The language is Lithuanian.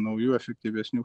naujų efektyvesnių